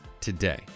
today